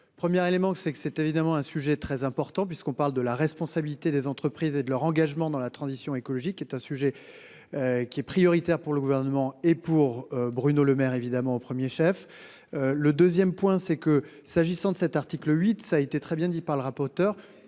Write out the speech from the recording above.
Première éléments c'est que c'est évidemment un sujet très important puisqu'on parle de la responsabilité des entreprises et de leur engagement dans la transition écologique est un sujet. Qui est prioritaire pour le gouvernement et pour Bruno Lemaire évidemment au 1er chef. Le 2ème point, c'est que s'agissant de cet article 8, ça a été très bien dit par le rapporteur